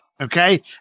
Okay